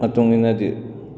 ꯃꯇꯨꯡ ꯏꯟꯅꯗꯤ